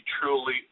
truly